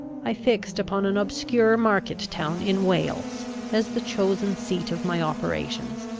i fixed upon an obscure market-town in wales as the chosen seat of my operations.